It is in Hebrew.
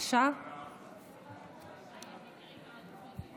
אגיד משפט אחרון: על אלה אנחנו זועקים.